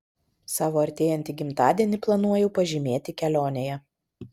savo artėjantį gimtadienį planuoju pažymėti kelionėje